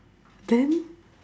then